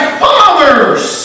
fathers